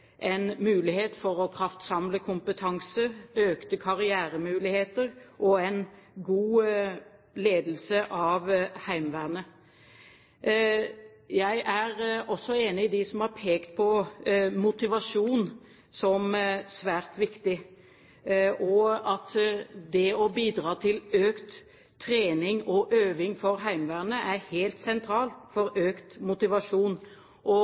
en mulighet for å kraftsamle kompetanse, økte karrieremuligheter og en god ledelse av Heimevernet. Jeg er også enig med dem som har pekt på motivasjon som svært viktig, og det å bidra til økt trening og øving for Heimevernet er helt sentralt for økt motivasjon.